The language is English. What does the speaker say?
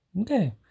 Okay